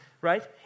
right